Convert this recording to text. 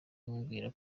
amubwira